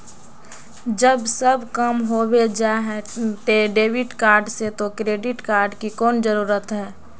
जब सब काम होबे जाय है डेबिट कार्ड से तो क्रेडिट कार्ड की कोन जरूरत है?